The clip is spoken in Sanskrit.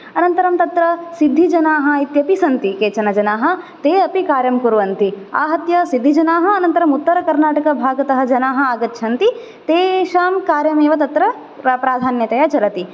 अनन्तरं तत्र सिद्धिजनाः इत्यपि सन्ति केचन जनाः ते अपि कार्यं कुर्वन्ति आहत्य सिद्धिजनाः अनन्तरम् उत्तरकर्नाटकभागतः जनाः आगच्छन्ति तेषां कार्यमेव तत्र प्राधान्यतया चलति